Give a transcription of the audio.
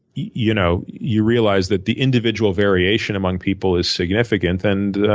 you know you realize that the individual variation among people is significant. and,